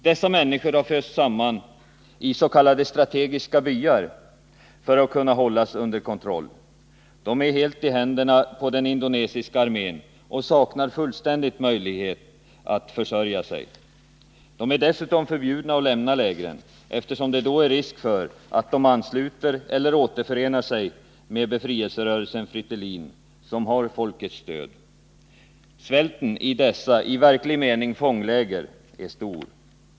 Dessa människor har fösts samman i s.k. strategiska byar för att kunna hållas under kontroll. De är helt i händerna på den indonesiska armén och saknar fullständigt möjlighet att försörja sig. De är dessutom förbjudna att lämna lägren, eftersom det då är risk för att de ansluter eller återförenar sig med befrielserörelsen FRETI LIN, som har folkets stöd. Svälten i dessa i verklig mening fångläger är stor.